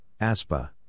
ASPA